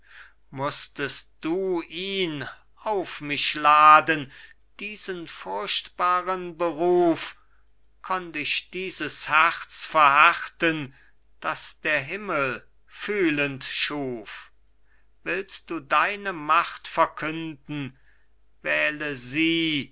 mußtest du ihn auf mich laden diesen furchtbaren beruf konnt ich dieses herz verhärten das der himmel fühlend schuf willst du deine macht verkünden wähle sie